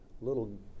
little